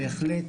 בהחלט